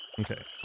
Okay